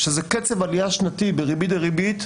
זה קצב עלייה שנתי בריבית דריבית.